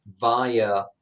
via